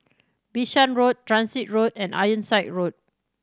Bishan Road Transit Road and Ironside Road